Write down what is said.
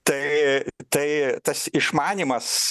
tai tai tas išmanymas